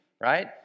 right